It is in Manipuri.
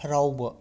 ꯍꯔꯥꯎꯕ